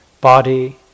body